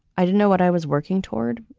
i don't know what i was working toward.